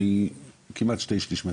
יש כאן הסתמכות,